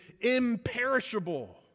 imperishable